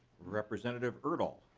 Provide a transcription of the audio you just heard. representative urdahl